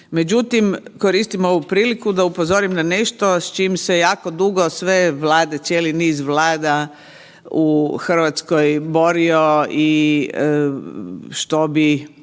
Međutim, koristim ovu priliku da upozorim na nešto s čime se jako dugo sve vlade, cijeli niz vlada u Hrvatskoj borio i što bi